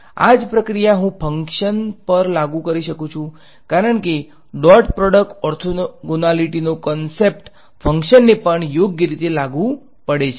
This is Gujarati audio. આ જ પ્રક્રિયા હું ફંક્શન પર લાગુ કરી શકું છું કારણ કે ડોટ પ્રોડક્ટ ઓર્થોગોનાલિટીનો કોન્સેપ્ટ ફંકશન્સને પણ યોગ્ય રીતે લાગુ પડે છે